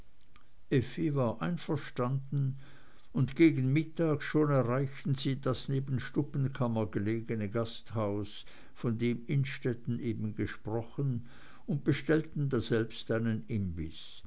war einverstanden und gegen mittag schon erreichten sie das neben stubbenkammer gelegene gasthaus von dem innstetten eben gesprochen und bestellten daselbst einen imbiß